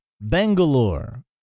Bangalore